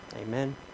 Amen